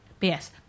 yes